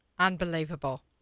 Unbelievable